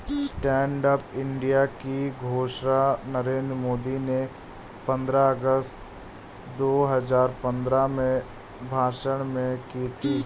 stand up India की घोषणा नरेंद्र मोदी ने पंद्रह अगस्त दो हजार पंद्रह में भाषण में की थी